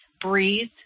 breathe